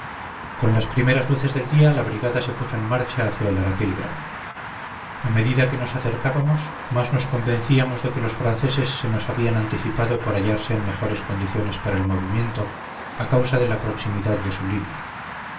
con las primeras luces del día la brigada se puso en marcha hacia el arapil grande a medida que nos acercábamos más nos convencíamos de que los franceses se nos habían anticipado por hallarse en mejores condiciones para el movimiento a causa de la proximidad de su línea